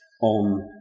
on